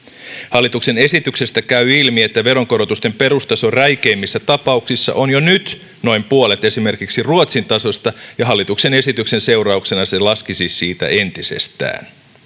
hallituksen esityksestä käy ilmi että veronkorotusten perustaso räikeimmissä tapauksissa on jo nyt noin puolet esimerkiksi ruotsin tasosta ja hallituksen esityksen seurauksena se laskisi siitä entisestään